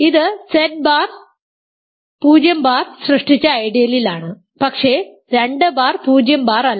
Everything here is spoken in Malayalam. ഇത് z ബാർ 0 ബാർ സൃഷ്ടിച്ച ഐഡിയലിലാണ് പക്ഷേ 2 ബാർ 0 ബാർ അല്ല